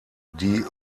die